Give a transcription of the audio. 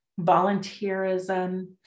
volunteerism